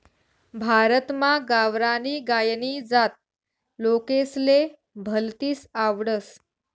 भारतमा गावरानी गायनी जात लोकेसले भलतीस आवडस